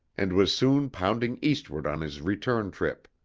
and was soon pounding eastward on his return trip.